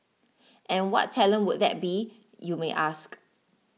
and what talent would that be you may ask